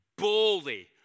boldly